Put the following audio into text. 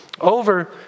over